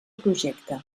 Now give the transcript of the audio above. projecte